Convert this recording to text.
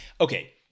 okay